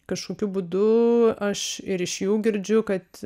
kažkokiu būdu aš ir iš jų girdžiu kad